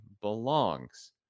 belongs